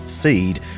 feed